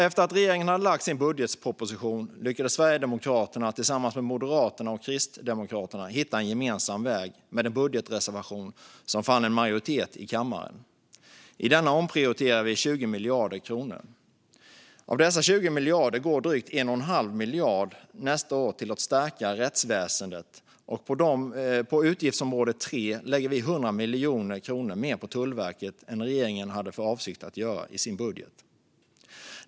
Efter att regeringen hade lagt fram sin budgetproposition lyckades Sverigedemokraterna tillsammans med Moderaterna och Kristdemokraterna hitta en gemensam väg med en budgetreservation som vann majoritet i kommaren. I denna omprioriterar vi 20 miljarder kronor. Av dessa 20 miljarder går drygt 1 1⁄2 miljard nästa år till att stärka rättsväsendet. På utgiftsområde 3 lägger vi 100 miljoner kronor mer på Tullverket än vad regeringen hade för avsikt att göra i sin budget.